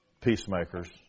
peacemakers